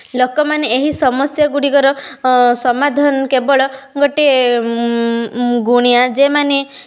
ଲୋକମାନେ ଏହି ସମସ୍ୟା ଗୁଡ଼ିକର ସମାଧାନ କେବଳ ଗୋଟିଏ ଗୁଣିଆ ଯେଉଁ ମାନେ